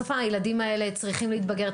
בסוף הילדים האלה צריכים להתבגר,